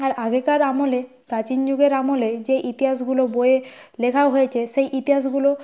আর আগেকার আমলে প্রাচীন যুগের আমলে যে ইতিহাসগুলো বইয়ে লেখাও হয়েছে সেই ইতিহাসগুলো